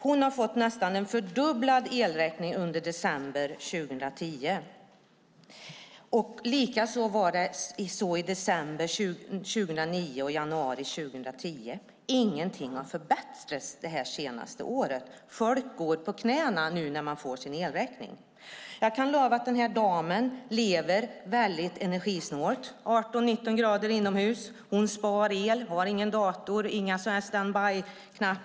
Hon har fått en nästan fördubblad elräkning under december 2010. På samma sätt var det i december 2009 och i januari 2010. Ingenting har förbättrats det senaste året. Folk går på knäna när de får sin elräkning. Jag kan lova att den dam jag talar om lever mycket energisnålt. Hon har 18-19 grader inomhus. Hon sparar el, har ingen dator, inga apparater i standbyläge.